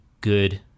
good